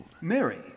Mary